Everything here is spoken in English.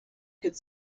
could